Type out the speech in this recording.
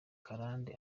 karande